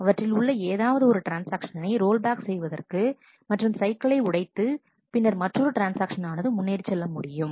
அவற்றில் உள்ள ஏதாவது ஒரு ட்ரான்ஸ்ஆக்ஷனை ரோல் பேக் செய்வதற்கு மற்றும் சைக்கிளை உடைத்து பின்னர் மற்றொரு ட்ரான்ஸ்ஆக்ஷன் ஆனது முன்னேறிச் செல்ல முடியும்